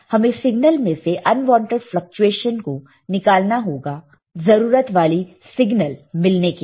हमें सिग्नल में से अनवांटेड फ्लकचुएशन को निकालना होगा जरूरत वाली सिग्नल मिलने के लिए